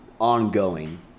ongoing